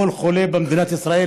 לכל חולה במדינת ישראל,